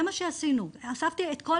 בוקר טוב.